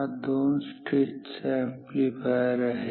हा दोन स्टेज चा अॅम्प्लीफायर आहे